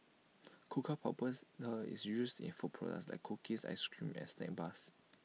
cocoa powders is used in food products like cookies Ice Cream and snack bars